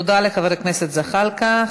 תודה לחבר הכנסת זחאלקה.